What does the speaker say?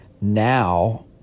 now